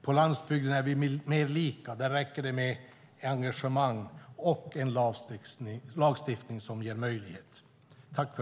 På landsbygden är vi mer lika; där räcker det med engagemang och en lagstiftning som ger möjligheter.